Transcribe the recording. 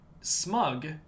smug